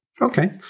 Okay